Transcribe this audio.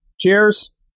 Cheers